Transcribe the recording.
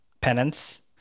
penance